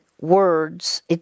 words